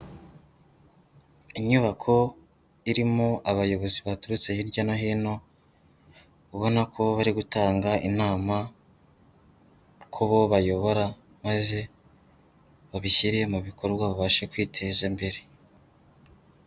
Inyubako irimo abayobozi baturutse hirya no hino, ubona ko bari gutanga inama ku bo bayobora maze babishyire mu bikorwa babashe kwiteza imbere.